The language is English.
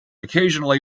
occasionally